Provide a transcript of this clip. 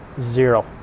zero